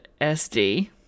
SD